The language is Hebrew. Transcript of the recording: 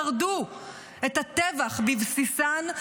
שרדו את הטבח בבסיסן,